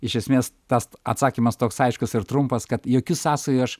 iš esmės tas atsakymas toks aiškus ir trumpas kad jokių sąsajų aš